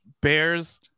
Bears